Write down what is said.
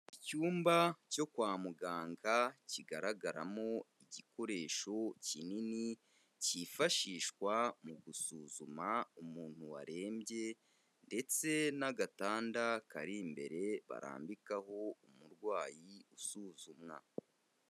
Icyumba cyo kwa muganga kigaragaramo igikoresho kinini cyifashishwa mu gusuzuma umuntu warembye, ndetse n'agatanda kari imbere barambikaho umurwayi usuzumwa.